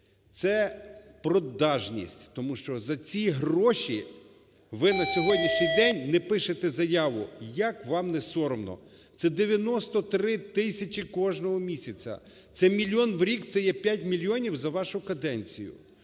Це продажність, тому що за ці гроші ви на сьогоднішній день не пишете заяву. Як вам не соромно? Це 93 тисячі кожного місяця. Це мільйон в рік, це є 5 мільйонів за вашу каденцію.